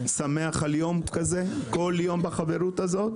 שמח על יום כזה, שמח על כל יום בחברות הזאת.